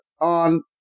on